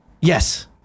Yes